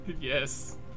Yes